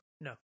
No